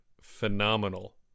phenomenal